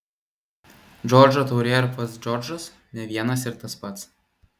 džordžo taurė ir pats džordžas ne vienas ir tas pats